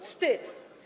Wstyd.